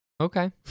Okay